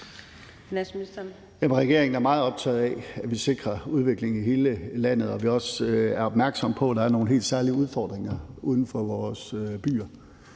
regeringen er meget optaget af, at vi sikrer udvikling i hele landet, og at vi også er opmærksomme på, at der er nogle helt særlige udfordringer uden for vores byer.